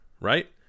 right